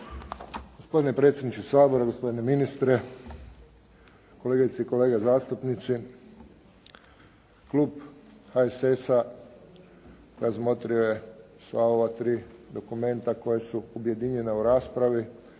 Gospodine predsjedniče Sabora, gospodine ministre, kolegice i kolege zastupnici. Klub HSS-a razmotrio je sva ova tri dokumenta koja su objedinjena u raspravi.